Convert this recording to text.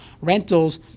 rentals